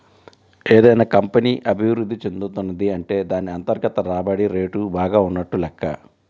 ఏదైనా కంపెనీ అభిరుద్ధి చెందుతున్నది అంటే దాన్ని అంతర్గత రాబడి రేటు బాగా ఉన్నట్లు లెక్క